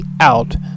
out